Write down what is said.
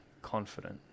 confident